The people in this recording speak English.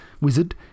wizard